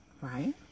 Right